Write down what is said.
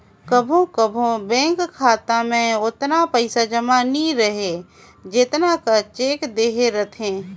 कभों कभों बेंक खाता में ओतना पइसा जमा नी रहें जेतना कर चेक देहे रहथे